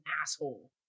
asshole